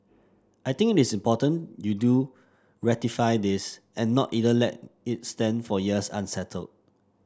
I think it is important you do ratify this and not either let its stand for years unsettled